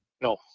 No